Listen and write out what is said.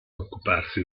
occuparsi